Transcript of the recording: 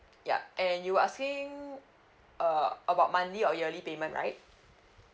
yup and you are saying uh about monthly or yearly payment right